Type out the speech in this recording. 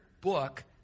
book